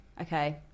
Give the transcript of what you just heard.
okay